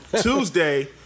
Tuesday